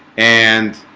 and